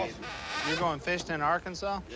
you're going fishing in arkansas?